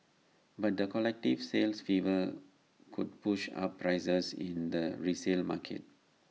but the collective sales fever could push up prices in the resale market